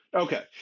Okay